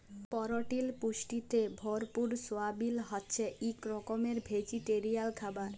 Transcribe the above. পরটিল পুষ্টিতে ভরপুর সয়াবিল হছে ইক রকমের ভেজিটেরিয়াল খাবার